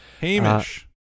Hamish